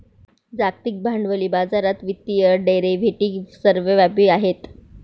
जागतिक भांडवली बाजारात वित्तीय डेरिव्हेटिव्ह सर्वव्यापी आहेत